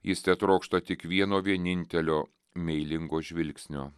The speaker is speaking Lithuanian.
jis tetrokšta tik vieno vienintelio meilingo žvilgsnio